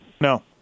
No